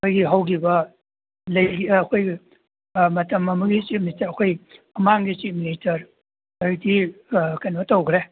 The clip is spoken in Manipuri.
ꯑꯩꯈꯣꯏꯒꯤ ꯍꯧꯒꯤꯕ ꯂꯩꯒꯤ ꯑꯩꯈꯣꯏ ꯃꯇꯝ ꯑꯃꯒꯤ ꯆꯤꯞ ꯃꯤꯅꯤꯁꯇꯔ ꯑꯩꯈꯣꯏ ꯃꯃꯥꯡꯒꯤ ꯆꯤꯞ ꯃꯤꯅꯤꯁꯇꯔ ꯍꯧꯖꯤꯛꯇꯤ ꯀꯩꯅꯣ ꯇꯧꯈ꯭ꯔꯦ